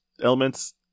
elements